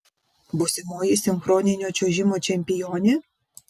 būsimoji sinchroninio čiuožimo čempionė